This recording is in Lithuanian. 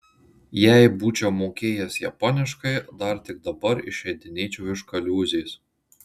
jei būčiau mokėjęs japoniškai dar tik dabar išeidinėčiau iš kaliūzės